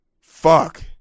Fuck